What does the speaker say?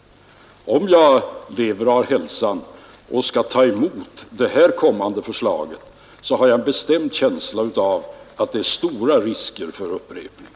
Jag har en känsla av att det är stora risker för en upprepning såvida det blir jag som — om jag då lever och har hälsan — får ta emot det kommande förslaget.